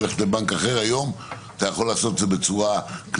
ללכת לבנק אחר היום אתה יכול לעשות את זה בצורה קלילה,